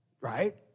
Right